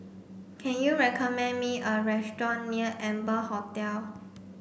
can you recommend me a restaurant near Amber Hotel